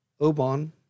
Oban